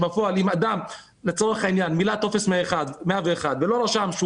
אם אדם מילא לצורך העניין מילא טופס 101 ולא רשם הוא